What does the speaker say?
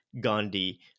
Gandhi